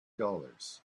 dollars